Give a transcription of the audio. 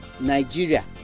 nigeria